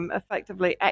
effectively